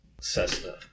Cessna